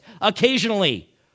occasionally